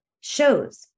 shows